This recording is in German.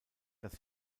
dass